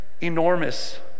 enormous